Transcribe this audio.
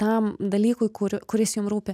tam dalykui kuri kuris jum rūpi